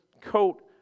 coat